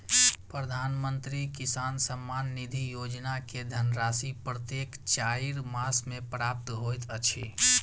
प्रधानमंत्री किसान सम्मान निधि योजना के धनराशि प्रत्येक चाइर मास मे प्राप्त होइत अछि